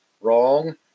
wrong